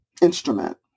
instrument